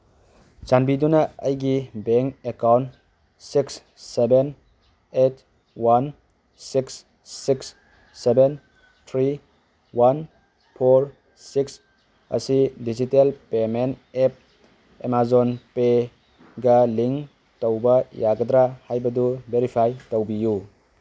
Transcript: ꯆꯥꯟꯕꯤꯗꯨꯅ ꯑꯩꯒꯤ bank account six seven eight one six six seven three one four six ꯑꯁꯤ digital payment app Amazon ꯄꯦꯒ link ꯇꯧꯕ ꯌꯥꯒꯗ꯭ꯔꯥ ꯍꯥꯏꯕꯗꯨ ꯚꯦꯔꯤꯐꯥꯏ ꯇꯧꯕꯤꯌꯨ